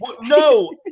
no